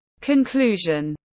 Conclusion